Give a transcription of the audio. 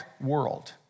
world